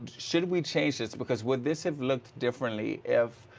should we change this because would this have looked differently if,